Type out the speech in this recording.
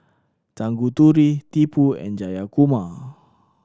Tanguturi Tipu and Jayakumar